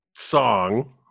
Song